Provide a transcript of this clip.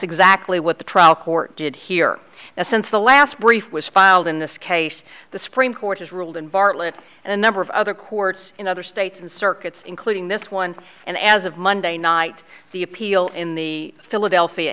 exactly what the trial court did here since the last brief was filed in this case the supreme court has ruled in bartlett and a number of other courts in other states and circuits including this one and as of monday night the appeal in the philadelphia